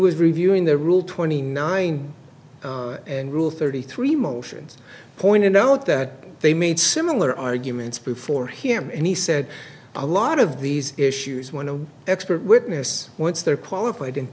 was reviewing the rule twenty nine and rule thirty three motions pointed out that they made similar arguments before him and he said a lot of these issues went to expert witness once they're qualified